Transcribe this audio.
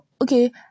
Okay